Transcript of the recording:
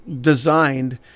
designed